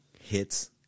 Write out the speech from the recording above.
hits